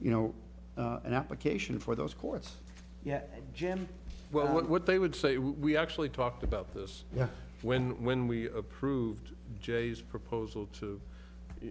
you know an application for those courts yet jim well what they would say we actually talked about this when when we approved jay's proposal to